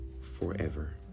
forever